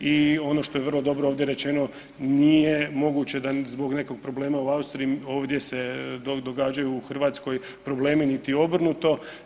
i ono što je vrlo dobro ovdje rečeno nije moguće da zbog nekog problema u Austriji ovdje se događaju u Hrvatskoj problemi, niti obrnuto.